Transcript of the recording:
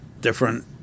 different